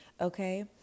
okay